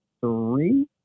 three